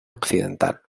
occidental